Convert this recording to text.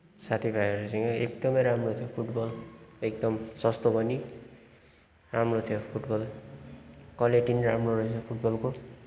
साथी भाइहरूसँग एकदमै राम्रो थियो फुटबल एकदम सस्तो पनि राम्रो थियो फुटबल क्वालिटी पनि राम्रो रहेछ फुटबलको